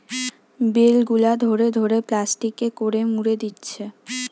bell গুলা ধরে ধরে প্লাস্টিকে করে মুড়ে দিচ্ছে